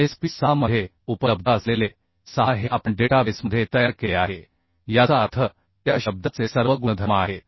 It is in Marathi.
SP 6 मध्ये उपलब्ध असलेले 6 हे आपण डेटाबेसमध्ये तयार केले आहे याचा अर्थ त्या शब्दाचे सर्व गुणधर्म आहेत